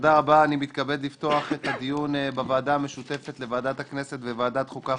מתכבד לפתוח את הדיון בוועדה המשותפת לוועדת הכנסת וועדת חוקה,